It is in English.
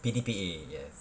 P_D_P_A yes